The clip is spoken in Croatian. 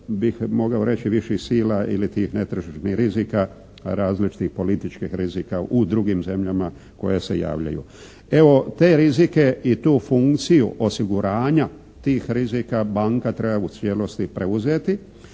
bih mogao reći viših sila ili tih netražnih rizika, različitih političkih rizika u drugim zemljama koje se javljaju. Evo te rizike i tu funkciju osiguranja tih rizika banka treba u cijelosti preuzeti.